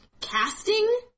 casting